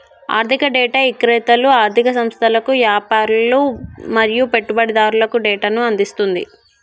ఆర్ధిక డేటా ఇక్రేతలు ఆర్ధిక సంస్థలకు, యాపారులు మరియు పెట్టుబడిదారులకు డేటాను అందిస్తుంది